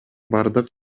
бардык